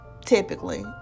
typically